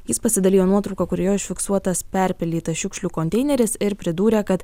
jis pasidalijo nuotrauka kurioje užfiksuotas perpildytas šiukšlių konteineris ir pridūrė kad